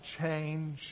change